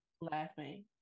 laughing